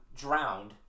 drowned